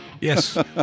yes